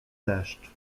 deszcz